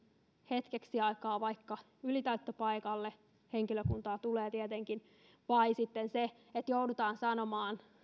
hetkeksi aikaa vaikka ylitäyttöpaikalle henkilökuntaa tulee tietenkin vai että joudutaan sanomaan